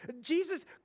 Jesus